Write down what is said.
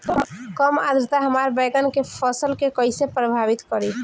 कम आद्रता हमार बैगन के फसल के कइसे प्रभावित करी?